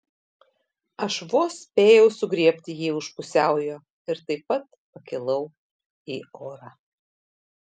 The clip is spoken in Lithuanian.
aš vos spėjau sugriebti jį už pusiaujo ir taip pat pakilau į orą